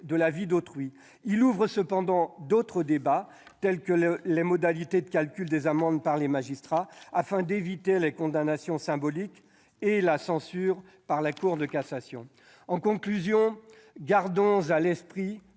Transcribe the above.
de la vie d'autrui. Il ouvre cependant d'autres débats, dont celui qui concerne les modalités de calcul des amendes par les magistrats afin d'éviter les condamnations symboliques et la censure de la Cour de cassation. En conclusion, gardons à l'esprit